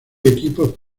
equipos